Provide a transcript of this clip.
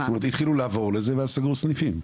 התחילו לעבור לזה ואז סגרו סניפים.